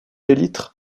élytres